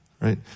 Right